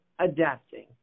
adapting